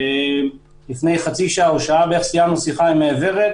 אחרי שיחה עם ורד,